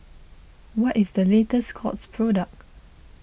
what is the latest Scott's product